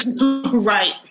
Right